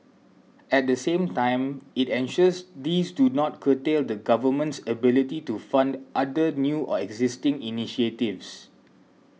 at the same time it ensures these do not curtail the Government's ability to fund other new or existing initiatives